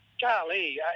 golly